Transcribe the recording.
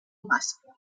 mascle